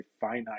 finite